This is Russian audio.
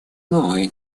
новые